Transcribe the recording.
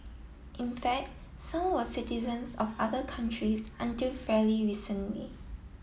in fact some were citizens of other countries until fairly recently